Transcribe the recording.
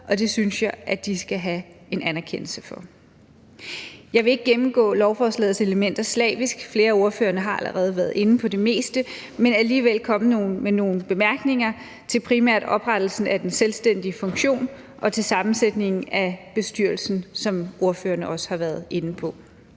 og det synes jeg at de skal have en anerkendelse for. Jeg vil ikke gennemgå lovforslagets elementer slavisk – flere af ordførerne har allerede været inde på det meste – men alligevel komme med nogle bemærkninger til primært oprettelsen af den selvstændige funktion og til sammensætningen af bestyrelsen, som ordførerne også har været inde på.